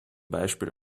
beispiel